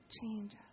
Change